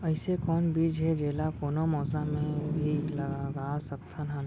अइसे कौन बीज हे, जेला कोनो मौसम भी मा लगा सकत हन?